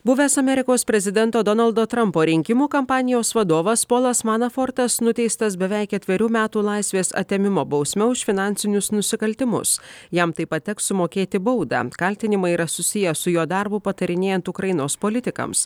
buvęs amerikos prezidento donaldo trumpo rinkimų kampanijos vadovas polas manafortas nuteistas beveik ketverių metų laisvės atėmimo bausme už finansinius nusikaltimus jam taip pat teks sumokėti baudą kaltinimai yra susiję su jo darbu patarinėjant ukrainos politikams